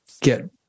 get